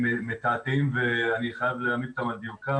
מתעתעים ואני חייב להעמיד אותם על דיוקם.